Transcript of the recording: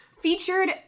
featured